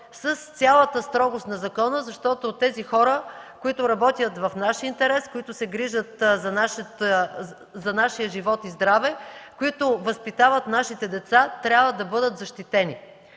с цялата строгост на закона, защото хората, които работят в наш интерес, които се грижат за нашия живот и здраве, които възпитават нашите деца, трябва да бъдат защитени.